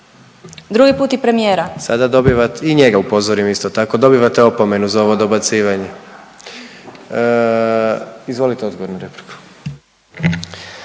Drugi put i premijera/…. Sada dobivat…, i njega upozorim isto tako, dobivate opomenu za ovo dobacivanje. Izvolite odgovor na repliku.